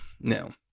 no